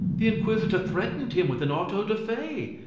the inquisitor threatened him with an auto-da-fe.